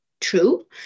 true